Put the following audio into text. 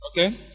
Okay